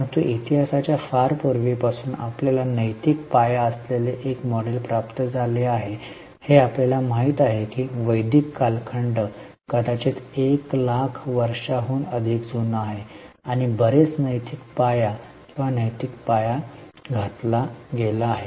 परंतु इतिहासाच्या फार पूर्वीपासून आपल्याला नैतिक पाया असलेले एक मॉडेल प्राप्त झाले आहे हे आपल्याला माहित आहे की वैदिक कालखंड कदाचित 1 लाख वर्षांहून अधिक जुना आहे आणि बरेच नैतिक पाया किंवा नैतिक पाया घातला गेला आहे